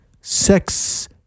Sex